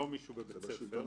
לא מישהו בבית הספר.